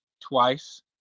twice